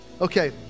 Okay